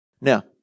Now